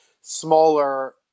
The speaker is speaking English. smaller